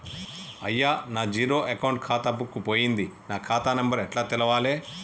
అయ్యా నా zero account ఖాతా బుక్కు పోయింది నా ఖాతా నెంబరు ఎట్ల తెలవాలే?